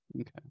Okay